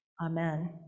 amen